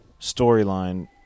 storyline